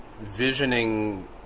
visioning